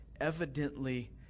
evidently